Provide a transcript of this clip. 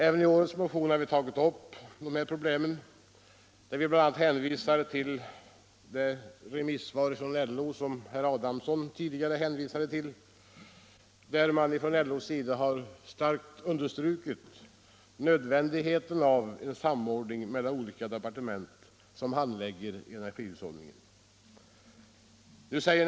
Även i årets motion har vi tagit upp detta problem och hänvisar bl.a. till det remissvar från LO, som herr Adamsson tidigare hänvisade till, och där LO starkt understryker nödvändigheten av en samordning mellan olika departement som handlägger frågor rörande energihushållningen.